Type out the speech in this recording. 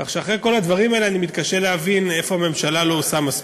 כך שאחרי כל הדברים האלה אני מתקשה להבין איפה הממשלה לא עושה מספיק.